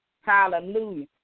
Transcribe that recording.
Hallelujah